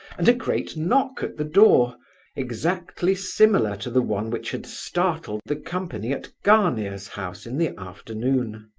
and a great knock at the door exactly similar to the one which had startled the company at gania's house in the afternoon.